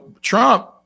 Trump